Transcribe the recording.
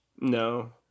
No